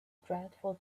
dreadful